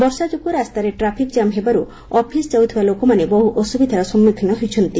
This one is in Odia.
ବର୍ଷା ଯୋଗୁଁ ରାସ୍ତାରେ ଟ୍ରାଫିକ୍ଜାମ୍ ହେବାରୁ ଅଫିସ୍ ଯାଉଥିବା ଲୋକମାନେ ବହୁ ଅସୁବିଧାର ସମ୍ମୁଖୀନ ହୋଇଛନ୍ତି